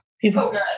People